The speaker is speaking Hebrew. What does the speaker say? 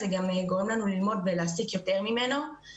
זה גם גורם לנו ללמוד ולהסיק יותר ממנו.